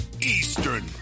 Eastern